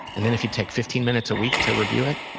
and then if you take fifteen minutes a week to review it,